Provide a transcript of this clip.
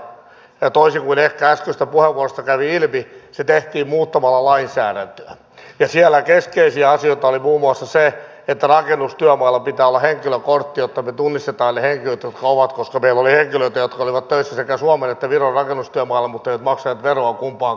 mutta ennen kaikkea ja toisin kuin ehkä äskeisestä puheenvuorosta kävi ilmi se tehtiin muuttamalla lainsäädäntöä ja siellä keskeisiä asioita oli muun muassa se että rakennustyömailla pitää olla henkilökortti jotta me tunnistamme ne henkilöt koska meillä oli henkilöitä jotka olivat töissä sekä suomen että viron rakennustyömailla mutta eivät maksaneet veroa kumpaankaan paikkaan